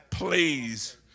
Please